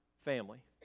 family